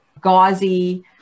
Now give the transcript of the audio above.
gauzy